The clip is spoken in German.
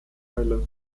teile